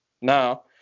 now